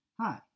Hi